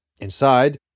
Inside